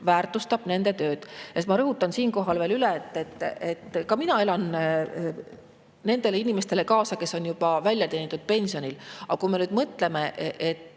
väärtustab nende tööd. Ma rõhutan siinkohal veel üle, et ka mina elan nendele inimestele kaasa, kes on juba välja teenitud pensionil. Aga kui me nüüd mõtleme, et